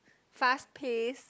fast pace